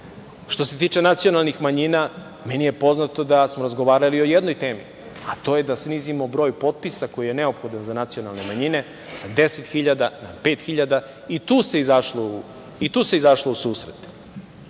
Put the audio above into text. se tiče nacionalnih manjina, meni je poznato da smo razgovarali o jednoj temi, a to je da snizimo broj potpisa koji je neophodan za nacionalne manjine sa 10 hiljada na pet hiljada i tu se izašlo u susret. Što